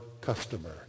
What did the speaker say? customer